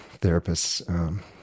therapists